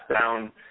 down